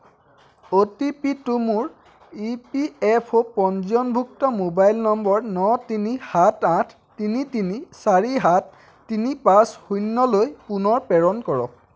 অ' টি পিটো মোৰ ই পি এফ অ' পঞ্জীয়নভুক্ত মোবাইল নম্বৰ ন তিনি সাত আঠ তিনি তিনি চাৰি সাত তিনি পাঁচ শূণ্যলৈ পুনৰ প্ৰেৰণ কৰক